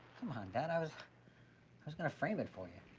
come on, dad. i was i was gonna frame it for ya.